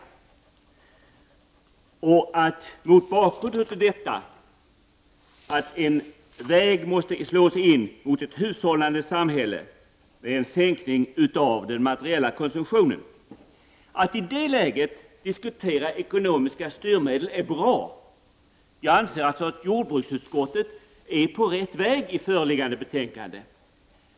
Mot den bakgrunden måste vi slå in på en väg mot ett hushållande samhälle med en sänkning av den materiella konsumtionen. Det är i detta läge bra att diskutera ekonomiska styrmedel. Jag anser att jordbruksutskottet är på rätt väg i föreliggande betänkande.